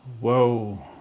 Whoa